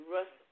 Russ